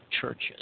churches